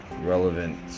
relevant